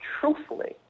truthfully